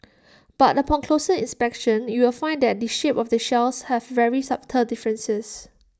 but upon closer inspection you will find that the shape of the shells have very subtle differences